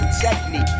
technique